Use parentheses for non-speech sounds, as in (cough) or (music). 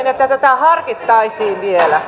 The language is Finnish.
(unintelligible) että tätä harkittaisiin vielä